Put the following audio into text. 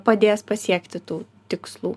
padės pasiekti tų tikslų